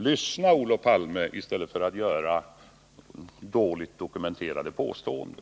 Lyssna, Olof Palme, i stället för att göra dåligt dokumenterade påståenden.